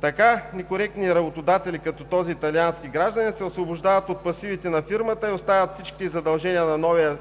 Така некоректни работодатели, като този италиански гражданин се освобождават от пасивите на фирмата и остават всички задължения на новия